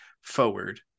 forward